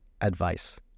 advice